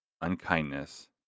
unkindness